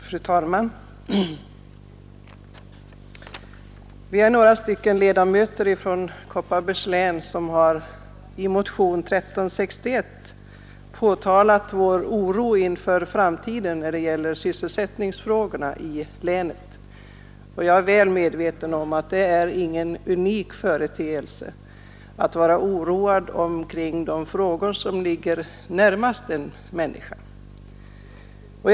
Fru talman! Vi är några kammarledamöter från Kopparbergs län som i motionen 1361 har uttalat oro för framtiden när det gäller sysselsättningsfrågorna i länet. Jag är dock väl medveten om att det inte är någon unik företeelse att vara oroad av frågor som ligger människor närmast.